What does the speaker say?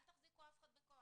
אל תחזיקו אף אחד בכוח.